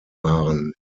waren